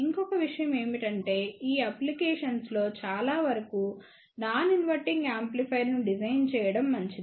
ఇంకొక విషయం ఏమిటంటే ఈ అప్లికేషన్స్ లో చాలా వరకు నాన్ ఇన్వర్టింగ్ యాంప్లిఫైయర్ ను డిజైన్ చేయడం మంచిది